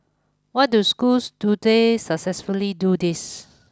what do schools today successfully do this